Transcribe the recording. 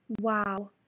Wow